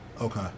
okay